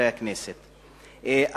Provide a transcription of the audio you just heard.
חברי הכנסת,